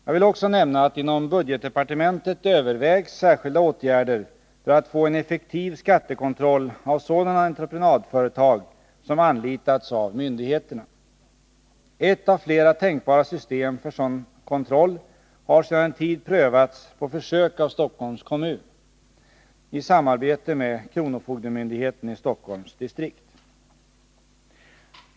Jag vill också nämna att inom budgetdepartementet övervägs särskilda åtgärder för att få en effektiv skattekontroll av sådana entreprenadföretag som anlitas av myndigheterna. Ett av flera tänkbara system för sådan kontroll har sedan en tid prövats på försök av Stockholms kommun i samarbete med kronofogdemyndigheten i Stockholms distrikt.